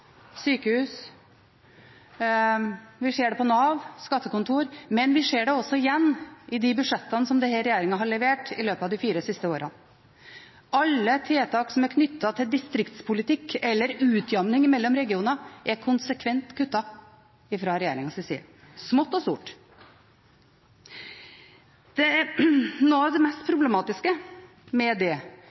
sykehus. Vi ser det når det gjelder Nav og skattekontor. Men vi ser det også igjen i de budsjettene som denne regjeringen har levert i løpet av de fire siste årene: Alle tiltak som er knyttet til distriktspolitikk eller utjamning mellom regioner, er konsekvent kuttet fra regjeringens side – smått og stort. Noe av det mest problematiske med det,